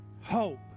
hope